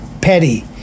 Petty